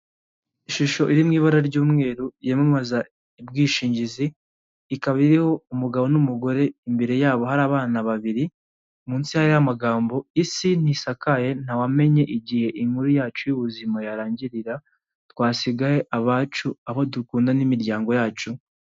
Ishusho iri mu ibara ry'umweru yamamaza ubwishingizi, ikaba iriho umugabo n'umugore imbere yabo hari abana babiri, munsi hariho amagambo isi ntisakaye ntawamenye igihe inkuru yacu y'ubuzima yarangirira, twasigahe abacu abo dukunda n'imiryango yacu.